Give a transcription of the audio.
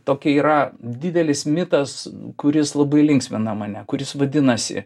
tokia yra didelis mitas kuris labai linksmina mane kuris vadinasi